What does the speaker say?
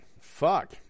fuck